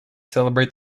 celebrate